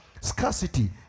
scarcity